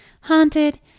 Haunted